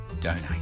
donate